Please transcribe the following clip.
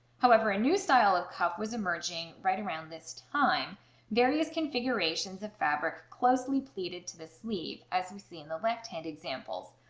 however a new style of cuff was emerging right around this time various configurations of fabric closely pleated to the sleeve, as we see in the left hand examples.